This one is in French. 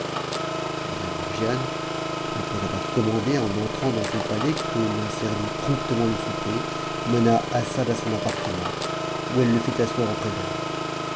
la reine margiane après avoir commandé en entrant dans son palais que l'on servit promptement le souper mena assad à son appartement où elle le fit asseoir auprès d'elle